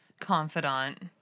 confidant